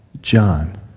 John